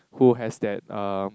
who has that um